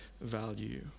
value